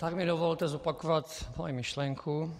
Tak mi dovolte zopakovat svoji myšlenku.